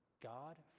God